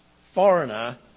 foreigner